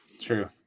true